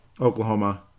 Oklahoma